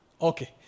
okay